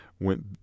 went